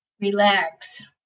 relax